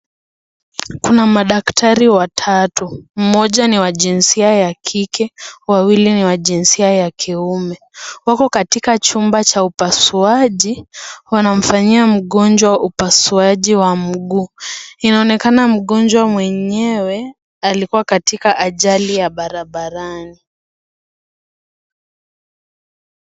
Kuna madaktari watatu. Mmoja ni wa jinsia ya kike, wawili ni wa jinsia ya kiume. Wako katika chumba cha upasuaji wanamfanyia mgonjwa upasuaji wa mguu. Inaonekana mgonjwa mwenyewe alikuwa katika ajali ya barabarani.